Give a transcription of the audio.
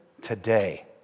Today